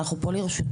אנחנו כאן לרשותכם.